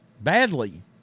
badly